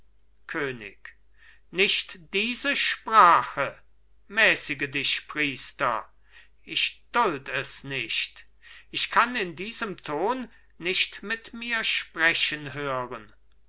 könig nicht diese sprache mäßige dich priester ich duld es nicht ich kann in diesem ton nicht mit mir sprechen hören